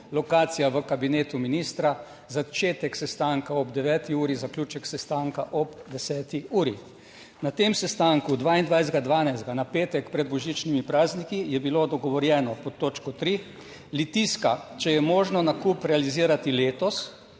lokacija v kabinetu ministra, začetek sestanka ob 9. uri, zaključek sestanka ob 10. uri. Na tem sestanku 22. 12. na petek pred božičnimi prazniki je bilo dogovorjeno pod točko 3. Litijska, če je možno nakup realizirati letos,